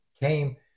came